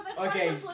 Okay